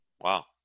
Wow